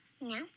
No